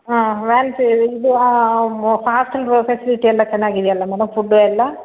ಹ್ಞೂ ವ್ಯಾನ್ ಸೇವೆ ಇದು ಪಾಸಿಂದು ಫೆಸಿಲಿಟಿ ಎಲ್ಲ ಚೆನ್ನಾಗಿದೆಯಲ್ಲ ಮೇಡಮ್ ಫುಡ್ ಎಲ್ಲ